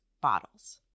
bottles